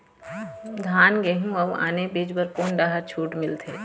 धान गेहूं अऊ आने बीज बर कोन डहर छूट मिलथे?